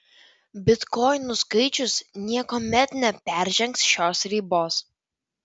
bitkoinų skaičius niekuomet neperžengs šios ribos